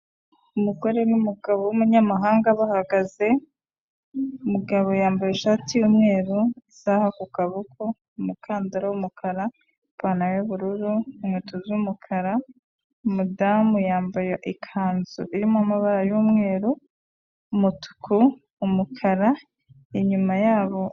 Umugore n'umugabo w'umunyamahanga bahagaze. Umugabo yambaye ishati y'umweru, isaha ku kaboko, umukandara w'umukara, ipantaro y'ubururu, inkweto z'umukara. Umudamu yambaye ikanzu irimo amabara y'umweru, umutuku, umukara inyuma yabo.